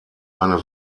eine